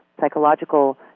psychological